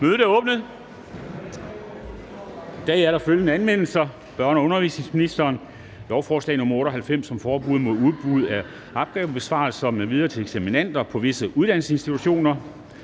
Mødet er åbnet. I dag er der følgende anmeldelser: Børne- og undervisningsministeren (Pernille Rosenkrantz-Theil): Lovforslag nr. L 98 (Lov om forbud mod udbud af opgavebesvarelser m.v. til eksaminander på en uddannelsesinstitution